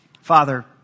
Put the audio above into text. Father